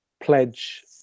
pledge